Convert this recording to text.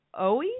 Oe